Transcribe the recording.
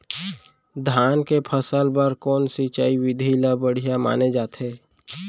धान के फसल बर कोन सिंचाई विधि ला बढ़िया माने जाथे?